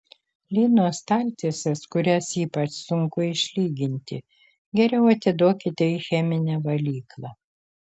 lino staltieses kurias ypač sunku išlyginti geriau atiduokite į cheminę valyklą